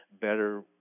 better